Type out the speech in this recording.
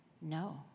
no